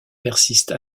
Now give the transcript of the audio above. persiste